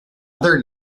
other